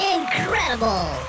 Incredible